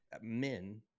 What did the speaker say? men